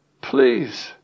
please